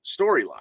storyline